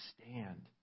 stand